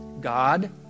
God